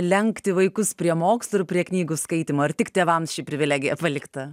lenkti vaikus prie mokslų ir prie knygų skaitymo ir tik tėvams ši privilegija palikta